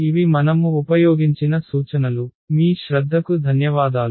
ఇవి మనము ఉపయోగించిన సూచనలు మీ శ్రద్ధకు ధన్యవాదాలు